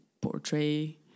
portray